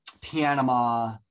Panama